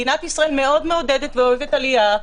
מדינת ישראל מאוד מעודדת ואוהבת עלייה,